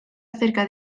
acerca